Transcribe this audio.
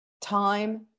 time